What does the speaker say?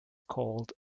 called